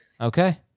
okay